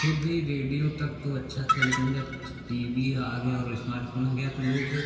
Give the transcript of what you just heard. फिर भी रेडियो तक तो अच्छा था लेकिन जब टी वी आ गया और इस्मार्ट फ़ोन आ गया तो लोग